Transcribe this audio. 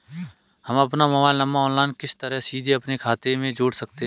हम अपना mobile number online किस तरह सीधे अपने खाते में जोड़ सकते हैं?